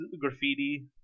graffiti